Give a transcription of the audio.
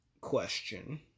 Question